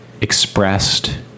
Expressed